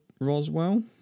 Roswell